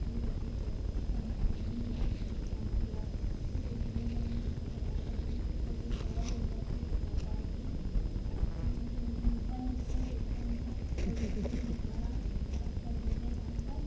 ییٚتیُک یُس سِسٹَم چھُ جمہوٗریتی سِسٹَم چھِ یا سیٲسی نِظام چھِ سُہ چھِنہٕ اَصٕل کِہیٖنۍ تِکیٛازِ ییٚتہِ چھےٚ واریاہ زیادٕ پُلٹِکَل پارٹی یِم یِم یِمَن پَنٛنہِ فٲیدٕ تہٕ پَنٛنہِ مقصد خٲطرٕ کٲم چھِ کَران اگر اَکھ پارٹی زینان چھےٚ